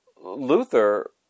Luther